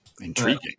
Intriguing